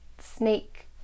snake